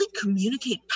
communicate